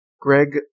Greg